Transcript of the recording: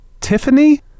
Tiffany